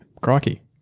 Crikey